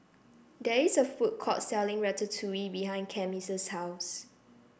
there is a food court selling Ratatouille behind Cami's house